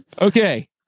Okay